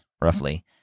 roughly